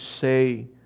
say